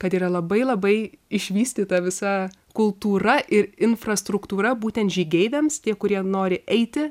kad yra labai labai išvystyta visa kultūra ir infrastruktūra būtent žygeiviams tie kurie nori eiti